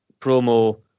promo